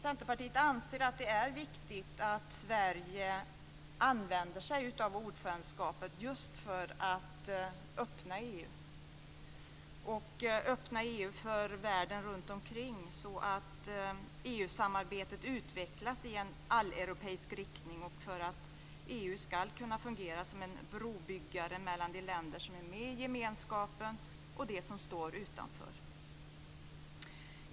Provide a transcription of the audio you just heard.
Centerpartiet anser att det är viktigt att Sverige använder sig av ordförandeskapet just för att öppna EU för världen runtomkring så att EU-samarbetet utvecklas i en alleuropeisk riktning. EU ska fungera som en brobyggare mellan de länder som är med i gemenskapen och de som står utanför.